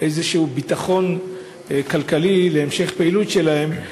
איזשהו ביטחון כלכלי להמשך הפעילות שלהם.